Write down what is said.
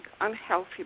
unhealthy